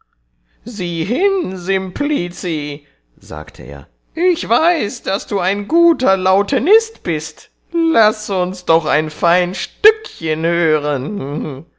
sieh hin simplici sagte er ich weiß daß du ein guter lautenist bist laß uns doch ein fein stückchen hören